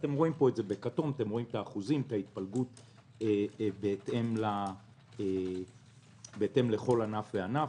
ואתם רואים את ההתפלגות באחוזים בכל ענף וענף.